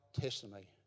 testimony